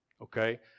Okay